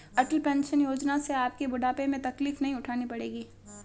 अटल pension Yojana से आपको बुढ़ापे में तकलीफ नहीं उठानी पड़ेगी